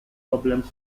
problems